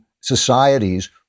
societies